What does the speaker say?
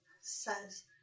says